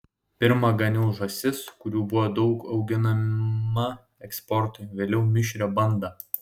pirma ganiau žąsis kurių buvo daug auginama eksportui vėliau mišrią bandą